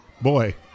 boy